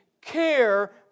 care